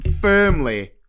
firmly